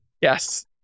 Yes